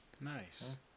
Nice